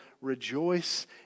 rejoice